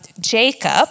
Jacob